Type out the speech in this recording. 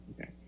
okay